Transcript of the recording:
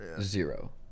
Zero